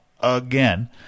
again